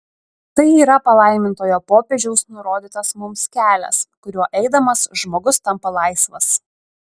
tai yra palaimintojo popiežiaus nurodytas mums kelias kuriuo eidamas žmogus tampa laisvas